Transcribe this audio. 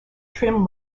trim